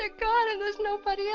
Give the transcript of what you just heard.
there was nobody